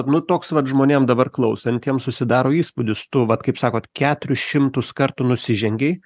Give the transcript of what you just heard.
nu toks vat žmonėm dabar klausantiem susidaro įspūdis tu vat kaip sakot keturis šimtus kartų nusižengei